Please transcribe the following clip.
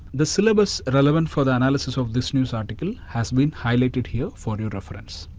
the syllabus relevant for the analysis of this news article has been highlighted here for your reference.